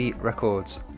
Records